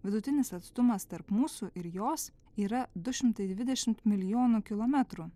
vidutinis atstumas tarp mūsų ir jos yra du šimtai dvidešimt milijonų kilometrų